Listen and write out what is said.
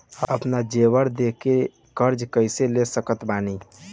आपन जेवर दे के कर्जा कइसे ले सकत बानी?